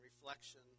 reflection